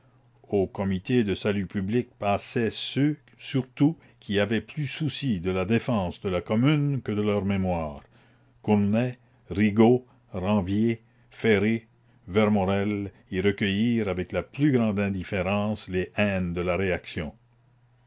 au comité de salut public passaient ceux surtout qui avaient plus souci de la défense de la commune que de leur mémoire cournet rigaud ranvier ferré vermorel y recueillirent avec la plus grande indifférence les haines de la réaction